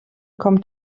kommt